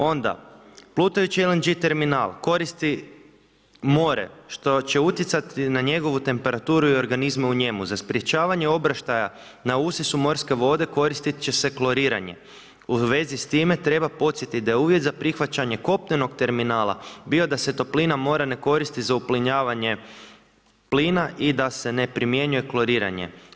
Onda, plutajući LNG terminal koristi more, što će utjecati na njegovu temperaturu i organizme u njemu za sprečavanje obraštaja na usisu morske vode koristit će se kloriranje U vezi s time treba podsjetiti da je uvjet za prihvaćanje kopnenog terminala bio da se toplina mora ne koristi za uplinjavanje plina i da se ne primjenjuje kloriranje.